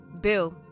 Bill